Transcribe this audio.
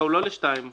לא, הוא לא לסעיף (2).